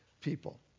people